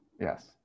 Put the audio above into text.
yes